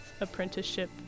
apprenticeship